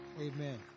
Amen